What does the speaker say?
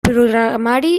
programari